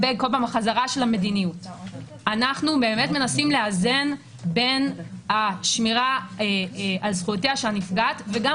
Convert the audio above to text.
מבחינת המדיניות מנסה לאזן בין זכויותיה של הנפגעת וגם